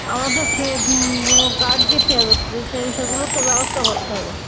আবার তো ছে এও গার্ড দিতে হচ্ছে সেই সবগুলোর তো ব্যবস্থা করতে হবে